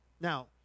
Now